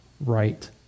right